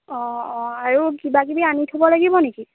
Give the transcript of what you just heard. অঁ অঁ আৰু কিবাকিবি আনি থ'ব লাগিব নেকি